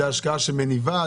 זו השקעה שמניבה,